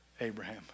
Abraham